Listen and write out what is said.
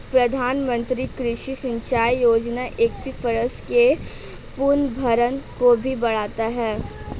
प्रधानमंत्री कृषि सिंचाई योजना एक्वीफर्स के पुनर्भरण को भी बढ़ाता है